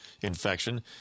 Infection